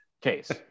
case